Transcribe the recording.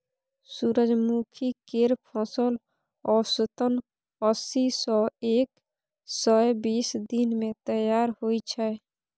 सूरजमुखी केर फसल औसतन अस्सी सँ एक सय बीस दिन मे तैयार होइ छै